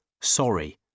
Sorry